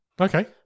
Okay